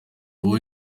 uwo